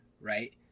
right